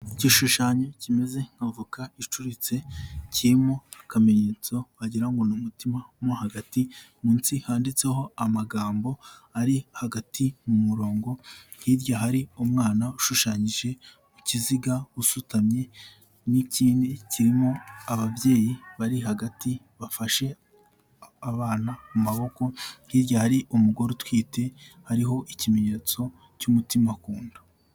Igishushanyo kimeze nka avoka icuritse kirimo akamenyetso wagira ngo ni umutima mo hagati, munsi handitseho amagambo ari hagati mu murongo hirya hari umwana ushushanyije mu kiziga usutamye n'ikindi kirimo ababyeyi bari hagati bafashe abana mu maboko hirya hari umugore utwite hariho ikimenyetso cy'umutima ku nda.